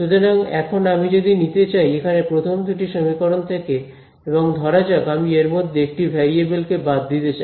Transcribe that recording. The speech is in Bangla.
সুতরাং এখন আমি যদি নিতে চাই এখানে প্রথম দুটি সমীকরণ থেকে এবং ধরা যাক আমি এরমধ্যে একটি ভেরিয়েবল কে বাদ দিতে চাই